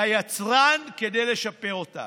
ליצרן, כדי לשפר אותן,